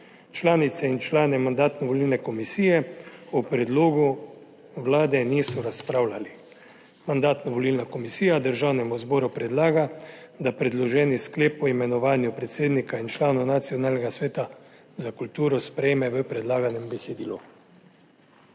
Članice in člani Mandatno-volilne komisije o predlogu Vlade niso razpravljali. Mandatno-volilna komisija Državnemu zboru predlaga, da predloženi sklep o imenovanju predsednika in članov Nacionalnega sveta za kulturo sprejme v predlaganem besedilu.